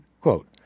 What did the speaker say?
quote